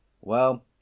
Well